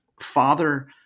Father